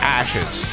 ashes